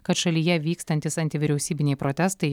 kad šalyje vykstantys antivyriausybiniai protestai